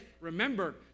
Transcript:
remember